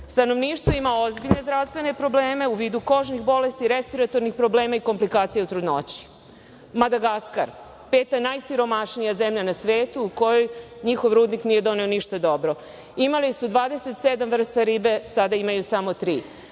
Stanovništvo ima ozbiljne zdravstvene probleme u vidu kožnih bolesti, respiratornih problema i komplikacija u trudnoći. Madagaskar, peta najsiromašnija zemlja na svetu, kojoj njihov rudnik nije doneo ništa dobro. Imali su 27 vrsta ribe, sada imaju samo tri.